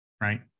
Right